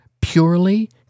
purely